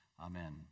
Amen